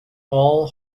all